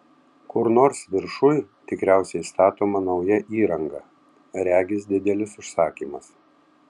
kur nors viršuj tikriausiai statoma nauja įranga regis didelis užsakymas